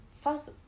first